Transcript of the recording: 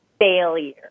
failure